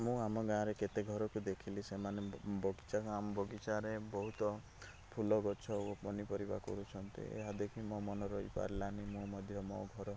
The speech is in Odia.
ମୁଁ ଆମ ଗାଁରେ କେତେ ଘରକୁ ଦେଖିଲି ସେମାନେ ଆମ ବଗିଚା ବଗିଚାରେ ବହୁତ ଫୁଲ ଗଛ ଓ ପନିପରିବା କରୁଛନ୍ତି ଏହା ଦେଖି ମୋ ମନ ରହିପାରିଲାନି ମୁଁ ମଧ୍ୟ ମୋ ଘର